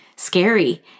scary